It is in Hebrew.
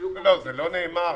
זה לא נאמר.